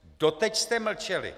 Doteď jste mlčeli.